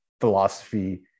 philosophy